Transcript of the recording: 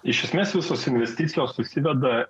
iš esmės visos investicijos susiveda